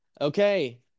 Okay